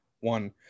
one